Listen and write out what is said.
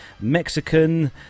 Mexican